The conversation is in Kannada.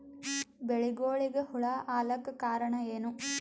ಬೆಳಿಗೊಳಿಗ ಹುಳ ಆಲಕ್ಕ ಕಾರಣಯೇನು?